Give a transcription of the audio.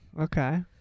Okay